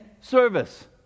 service